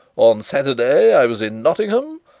on saturday i was in nottingham.